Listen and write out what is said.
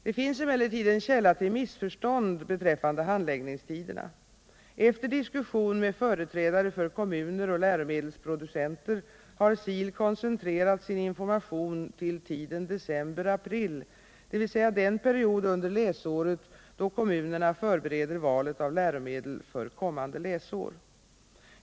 Det finns emellertid en källa till missförstånd beträffande handläggningstiderna. Efter diskussion med företrädare för kommuner och läromedelsproducenter har SIL koncentrerat sin information till tiden december-april, dvs. den period under läsåret då kommunerna förbereder valet av läromedel för kommande läsår.